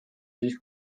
siis